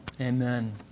Amen